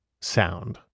sound